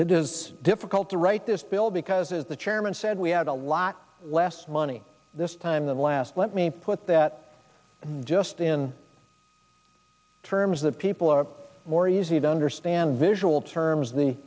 it is difficult to write this bill because as the chairman said we had a lot less money this time than last let me put that just in terms that people are more easy to understand visual terms the